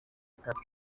atatu